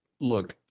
look